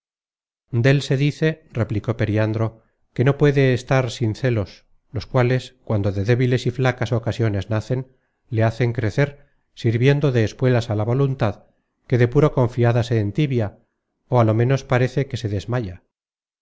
dél se dice replicó periandro que no puede estar sin celos los cuales cuando de débiles y flacas ocasiones nacen le hacen crecer sirviendo de espuelas á la voluntad que de puro confiada se entibia ó á lo menos parece que se desmaya